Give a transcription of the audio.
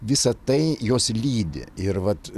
visa tai juos lydi ir vat